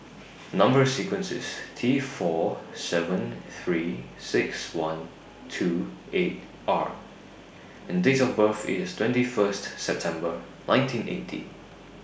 Number sequence IS T four seven three six one two eight R and Date of birth IS twenty First September nineteen eighty